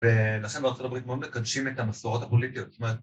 ‫ואנשים בארצות הברית ‫מאוד מקדשים את המסורות הפוליטיות.